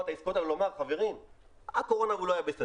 את העסקאות האלה ולומר שבקורונה הוא לא היה בסדר,